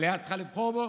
המליאה צריכה לבחור בו,